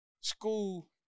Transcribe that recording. school